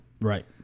Right